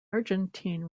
argentine